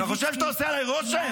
אתה חושב שאתה עושה עליי רושם?